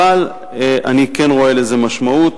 אבל אני כן רואה לזה משמעות,